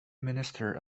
minister